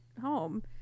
home